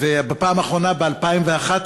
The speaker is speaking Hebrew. ובפעם האחרונה ב-2011,